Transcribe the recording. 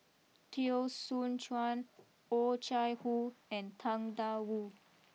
Teo Soon Chuan Oh Chai Hoo and Tang Da Wu